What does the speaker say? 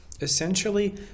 essentially